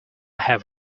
have